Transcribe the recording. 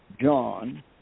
John